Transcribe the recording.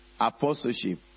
apostleship